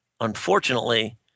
unfortunately